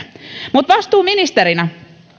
mutta kun